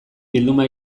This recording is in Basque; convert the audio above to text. bilduma